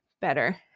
better